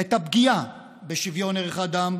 את הפגיעה בשוויון ערך האדם,